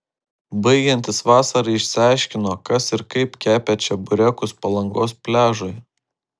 baigiantis vasarai išsiaiškino kas ir kaip kepė čeburekus palangos pliažui